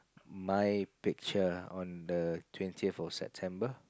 my picture on the twentieth of September